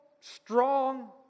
strong